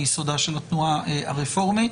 מיסודה של התנועה הרפורמית.